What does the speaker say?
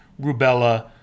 rubella